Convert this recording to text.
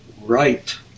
right